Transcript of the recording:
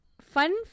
fun